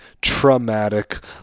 traumatic